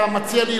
זה נושא פוליטי,